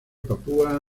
papúa